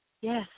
Yes